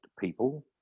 people